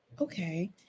okay